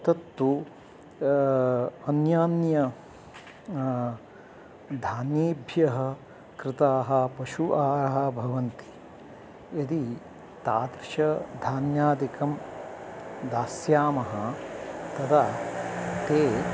तत्तु अन्यान्य धान्येभ्यः कृताः पशु आहारः भवन्ति यदि तादृश धान्यादिकं दास्यामः तदा ते